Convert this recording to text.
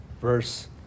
Verse